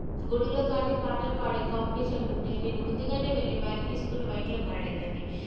గుడిలో కానీ పాటలు పాడే కాంపిటీషన్లుంటే నేను ముందుగానే వెళ్ళి మైక్ తీసుకుని మైక్లో పాడేదాన్ని